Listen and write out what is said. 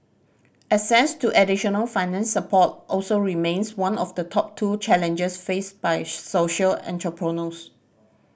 access to additional finance support also remains one of the top two challenges faced by social entrepreneurs